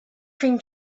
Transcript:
cream